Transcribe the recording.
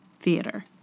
theater